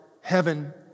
heaven